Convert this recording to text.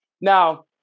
Now